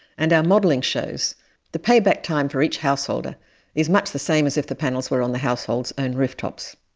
and our modelling shows the payback time for each householder is much the same as if the panels were on the households' own and rooftops.